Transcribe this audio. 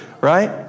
right